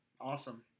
Awesome